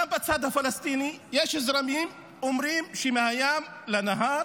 גם בצד הפלסטיני יש זרמים שאומרים שמהים לנהר